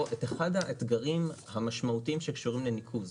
את אחד האתגרים המשמעותיים שקשורים לניקוז.